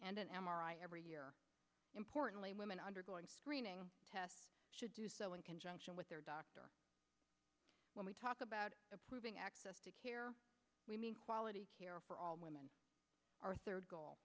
and an m r i every year importantly women undergoing screening tests should do so in conjunction with their doctor when we talk about approving access to care we mean quality care for all women our third goal